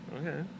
Okay